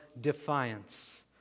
defiance